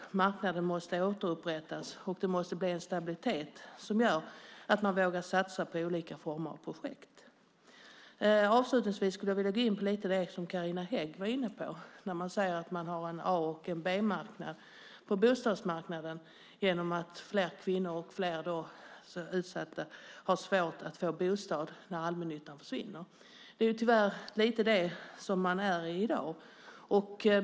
Marknaden måste återupprättas, och det måste bli en stabilitet som gör att man vågar satsa på olika former av projekt. Avslutningsvis skulle jag vilja gå in lite på det som Carina Hägg var inne på. Hon säger att det blir en A och en B-marknad på bostadsmarknaden genom att fler utsatta kvinnor får svårt att få bostad när allmännyttan försvinner. Det är tyvärr lite grann där man befinner sig i dag.